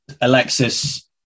Alexis